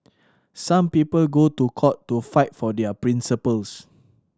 some people go to court to fight for their principles